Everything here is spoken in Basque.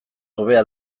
hobea